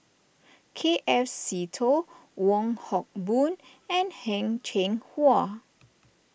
K F Seetoh Wong Hock Boon and Heng Cheng Hwa